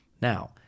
Now